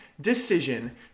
decision